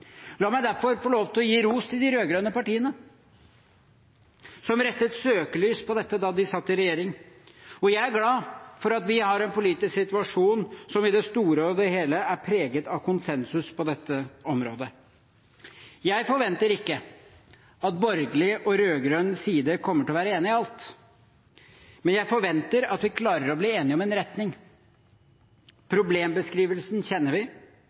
La meg derfor få lov til å gi ros til de rød-grønne partiene, som satte søkelyset på dette da de satt i regjering. Jeg er glad for at vi har en politisk situasjon som i det store og hele er preget av konsensus på dette området. Jeg forventer ikke at borgerlig side og rød-grønn side kommer til å være enig i alt, men jeg forventer at vi klarer å bli enige om en retning. Problembeskrivelsen kjenner vi.